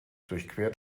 durchquert